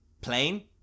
plane